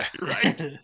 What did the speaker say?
Right